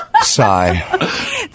Sigh